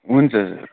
हुन्छ सर